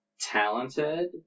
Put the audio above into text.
talented